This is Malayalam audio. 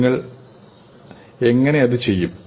നിങ്ങള് എങ്ങനെ അത് ചെയ്യും